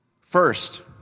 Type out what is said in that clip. First